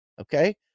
Okay